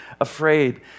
afraid